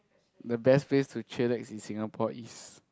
the best place to chillax in Singapore is